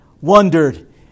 wondered